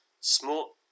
small